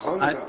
נכון, יהודה?